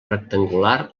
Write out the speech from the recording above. rectangular